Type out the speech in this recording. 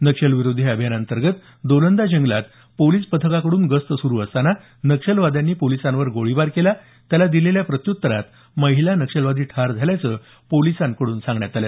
नक्षलविरोधी अभियानांतर्गत दोलंदा जंगलात पोलिस पथकाकडून गस्त सुरू असताना नक्षलवाद्यांनी पोलिसांवर गोळीबार सुरू केला त्याला दिलेल्या प्रत्युत्तरात महिला नक्षलवादी ठार झाल्याचं पोलिसांकडून सांगण्यात आल